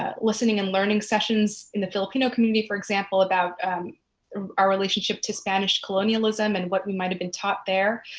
ah listening and learning sessions in the filipino community, for example, about our relationship to spanish colonialism and what we might have been taught there.